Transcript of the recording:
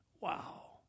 Wow